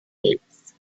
gates